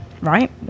right